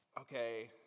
okay